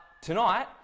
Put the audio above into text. tonight